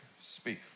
speak